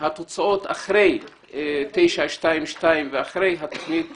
לגבי התוצאות אחרי תוכנית 922 ואחרי התוכנית